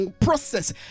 process